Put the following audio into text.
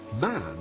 man